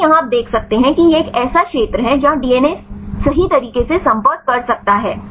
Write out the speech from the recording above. क्योंकि यहां आप देख सकते हैं कि यह एक ऐसा क्षेत्र है जहां डीएनए सही तरीके से संपर्क कर सकता है